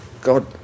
God